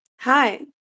Hi